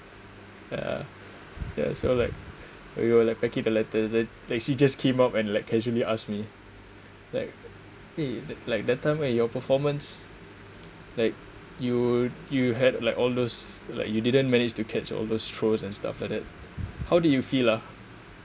ah yeah so like we were like packing the letters then like she just came up and let casually ask me like eh that like that time when your performance like you you had like all those like you didn't manage to catch all those throws and stuff like that how did you feel lah